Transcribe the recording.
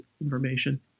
information